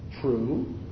true